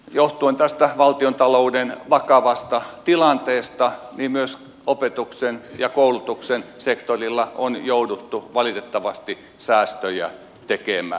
johtuen tästä valtiontalouden vakavasta tilanteesta myös opetuksen ja koulutuksen sektorilla on jouduttu valitettavasti säästöjä tekemään